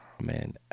man